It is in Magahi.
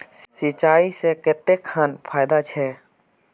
सिंचाई से कते खान फायदा छै?